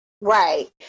Right